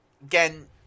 Again